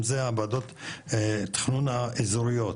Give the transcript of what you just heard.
אם זה ועדות התכנון האזוריות,